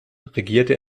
regierte